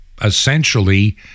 essentially